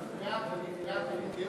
נפגעת על-ידי